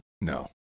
No